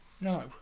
No